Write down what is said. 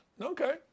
Okay